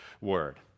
word